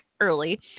early